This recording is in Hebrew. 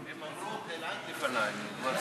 היא לא פה, קסניה.